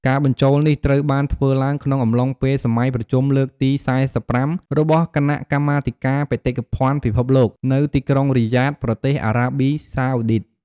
ការបញ្ចូលនេះត្រូវបានធ្វើឡើងក្នុងអំឡុងពេលសម័យប្រជុំលើកទី៤៥ របស់គណៈកម្មាធិការបេតិកភណ្ឌពិភពលោក នៅទីក្រុងរីយ៉ាដ ប្រទេសអារ៉ាប៊ីសាអូឌីត។